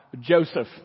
Joseph